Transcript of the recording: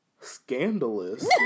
Scandalous